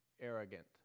arrogant